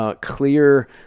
clear